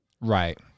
right